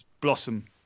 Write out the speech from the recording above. blossom